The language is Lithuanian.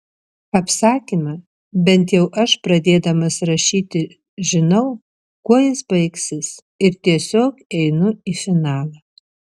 apsakyme bent jau aš pradėdamas rašyti žinau kuo jis baigsis ir tiesiog einu į finalą